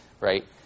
right